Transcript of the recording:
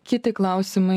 kiti klausimai